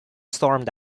stormed